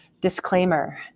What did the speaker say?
disclaimer